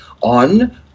on